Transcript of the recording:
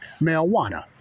marijuana